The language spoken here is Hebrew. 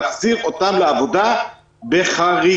להחזיר אותם לעבודה בחריגה.